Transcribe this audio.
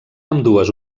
ambdues